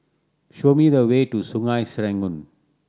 show me the way to Sungei Serangoon